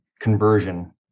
conversion